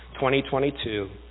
2022